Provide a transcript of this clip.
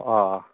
অঁ